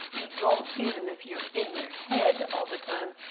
you don't see them if you're in your head all the time,